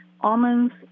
almonds